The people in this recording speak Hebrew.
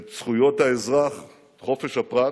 את זכויות האזרח וחופש הפרט,